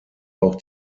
auch